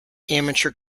amateur